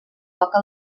toca